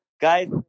guys